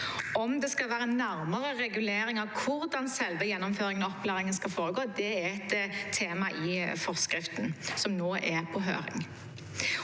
Om det skal være nærmere regulering av hvordan selve gjennomføringen av opplæringen skal foregå, er et tema i forskriften som nå er på høring.